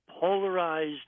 polarized